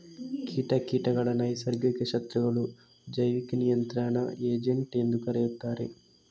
ಕೀಟ ಕೀಟಗಳ ನೈಸರ್ಗಿಕ ಶತ್ರುಗಳು, ಜೈವಿಕ ನಿಯಂತ್ರಣ ಏಜೆಂಟ್ ಎಂದೂ ಕರೆಯುತ್ತಾರೆ